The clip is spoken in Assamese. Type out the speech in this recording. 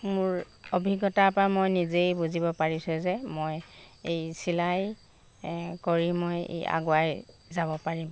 মোৰ অভিজ্ঞতাৰপৰা মই নিজেই বুজিব পাৰিছোঁ যে মই এই চিলাই কৰি মই আগুৱাই যাব পাৰিম